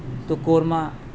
تو قورمہ